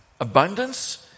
abundance